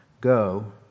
Go